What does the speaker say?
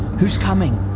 who's coming